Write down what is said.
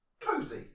Cozy